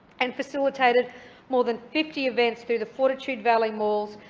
and facilitated more than fifty events through the fortitude valley malls,